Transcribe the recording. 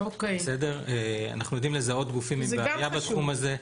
אנחנו יודעים לזהות גופים עם בעיה בתחום הזה.